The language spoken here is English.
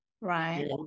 Right